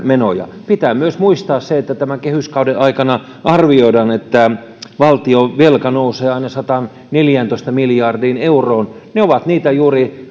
menoja pitää myös muistaa se että tämän kehyskauden aikana arvioidaan että valtionvelka nousee aina sataanneljääntoista miljardiin euroon ne ovat juuri